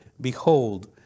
Behold